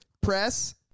Press